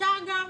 אפשר גם.